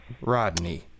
Rodney